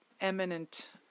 eminent